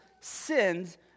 sins